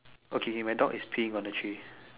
okay here my dog is peeing on the tree